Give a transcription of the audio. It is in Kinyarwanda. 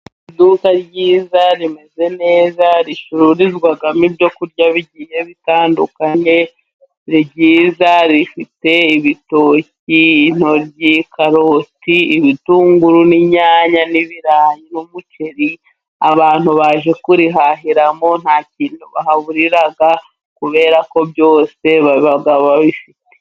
Iduka ryiza，rimeze neza，ricururizwamo ibyo kurya bigiye bitandukanye. Ni ryiza rifite ibitoki，intoryi，karoti，ibitunguru， n'inyanya，umuceri. Abantu baje kurihahiramo nta kintu bahaburira kubera ko byose baba babifite.